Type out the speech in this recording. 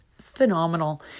phenomenal